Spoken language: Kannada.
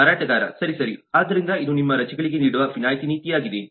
ಮಾರಾಟಗಾರ ಸರಿ ಸರಿ ಆದ್ದರಿಂದ ಇದು ನಿಮ್ಮ ರಜೆಗಳಿಗೆ ನೀಡುವ ವಿನಾಯಿತಿ ನೀತಿಯಾಗಿದೆ